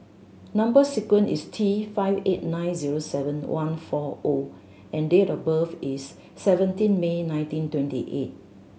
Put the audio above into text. number sequence is T five eight nine zero seven one four O and date of birth is seventeen May nineteen twenty eight